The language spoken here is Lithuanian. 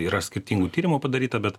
yra skirtingų tyrimų padaryta bet